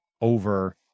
over